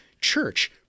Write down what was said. church